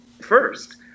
First